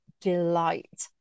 delight